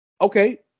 Okay